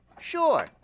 Sure